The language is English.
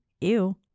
ew